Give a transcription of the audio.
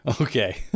Okay